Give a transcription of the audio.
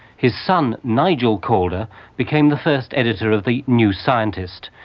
his son nigel calder became the first editor of the new scientist,